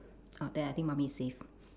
ah then I think mummy is safe